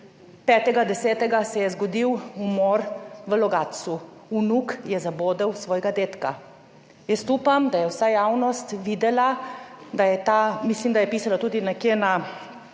5. 10. se je zgodil umor v Logatcu. Vnuk je zabodel svojega dedka. Upam, da je vsa javnost videla – mislim, da je pisalo tudi nekje v